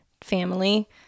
family